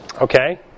Okay